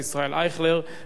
תשובת השר יוסי פלד.